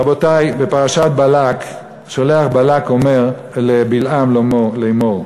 רבותי, בפרשת בלק שולח בלק ואומר לבלעם לאמור,